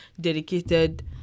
dedicated